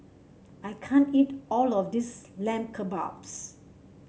I can't eat all of this Lamb Kebabs